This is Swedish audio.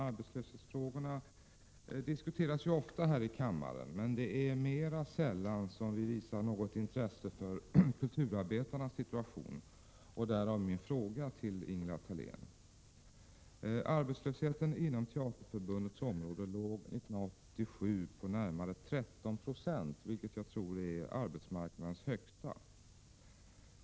Arbetslöshetsfrågorna diskuteras ju ofta här i kammaren. Men det är mera sällan som vi visar något intresse för kulturarbetarnas situation — därav min fråga till Ingela Thalén. Arbetslösheten inom Teaterförbundets område låg 1987 på närmare 13 6, vilket jag tror är arbetsmarknadens högsta.